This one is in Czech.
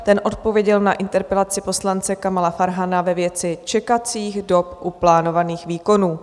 Ten odpověděl na interpelaci poslance Kamala Farhana ve věci čekacích dob u plánovaných výkonů.